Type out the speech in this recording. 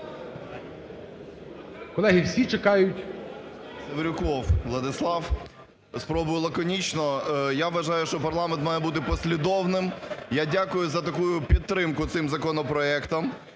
Колеги, всі чекають.